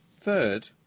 Third